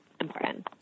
important